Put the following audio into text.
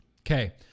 Okay